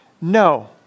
No